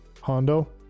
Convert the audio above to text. Hondo